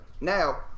Now